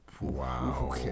Wow